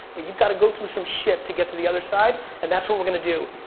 but you've gotta go through some shit to get to the other side, and that's what we're gonna do.